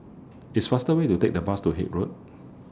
It's faster Way to Take The Bus to Haig Road